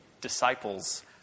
disciples